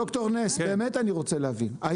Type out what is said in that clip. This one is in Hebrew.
ד"ר נס, באמת אני רוצה להבין.